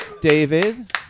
David